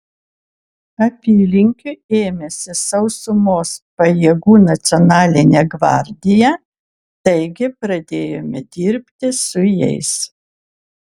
apylinkių ėmėsi sausumos pajėgų nacionalinė gvardija taigi pradėjome dirbti su jais